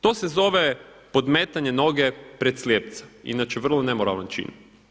To se zove podmetanje noge pred slijepca, inače vrlo nemoralan čin.